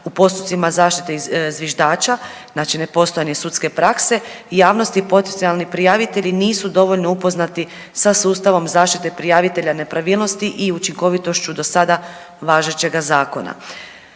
u postupcima zaštite zviždača, znači ne postoje ni sudske prakse i javnosti potencionalni prijavitelji nisu dovoljno upoznati sa sustavom zaštite prijavitelja nepravilnosti i učinkovitošću do sada važećega zakona.